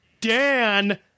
Dan